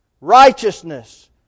righteousness